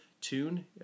tune